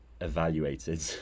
evaluated